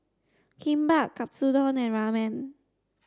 Kimbap Katsudon and Ramen